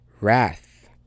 wrath